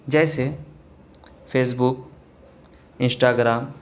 جیسے Facebook Instagram